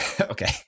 okay